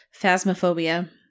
Phasmophobia